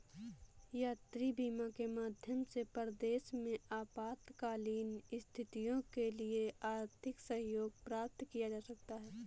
यात्री बीमा के माध्यम से परदेस में आपातकालीन स्थितियों के लिए आर्थिक सहयोग प्राप्त किया जा सकता है